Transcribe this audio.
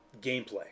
gameplay